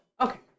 Okay